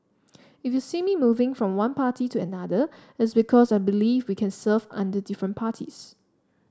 if you see me moving from one party to another it's because I believe we can serve under different parties